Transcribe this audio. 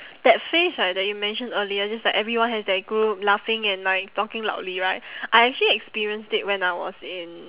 that phase right that you mention earlier just like everyone has their group laughing and like talking loudly right I actually experienced it when I was in